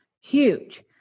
huge